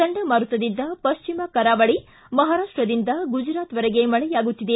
ಚಂಡಮಾರುತದಿಂದ ಪಶ್ಚಿಮ ಕರಾವಳಿ ಮಹಾರಾಷ್ಟದಿಂದ ಗುಜರಾತ್ವರೆಗೆ ಮಳೆಯಾಗುತ್ತಿದೆ